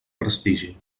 prestigi